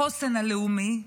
בחוסן הלאומי,